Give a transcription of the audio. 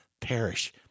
perish